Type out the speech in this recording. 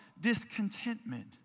discontentment